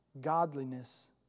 godliness